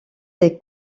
des